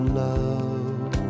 love